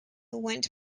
went